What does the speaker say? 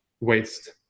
waste